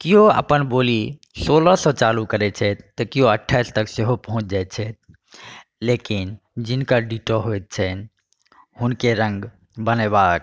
किओ अपन बोली सोलहसँ चालू करैत छथि तऽ किओ अठाइस तक सेहो पहुँचि जाइत छथि लेकिन जिनकर डिटो होइत छनि हुनके रङ्ग बनेबाक